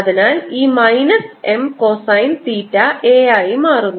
അതിനാൽ ഇത് minus M cosine theta a ആയി മാറുന്നു